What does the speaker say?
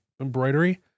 embroidery